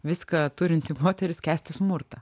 viską turinti moteris kęsti smurtą